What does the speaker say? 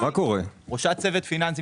ראשת צוות פיננסים,